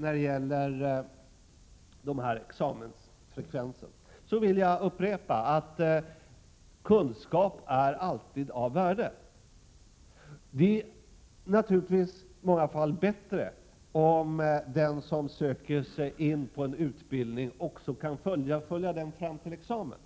När det gäller examensfrekvensen vill jag upprepa: Kunskap är alltid av värde. Det är naturligtvis i många fall bättre om den som söker sig in på en utbildning också kan fullfölja denna utbildning fram till examen,